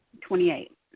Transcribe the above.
Twenty-eight